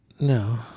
No